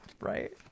Right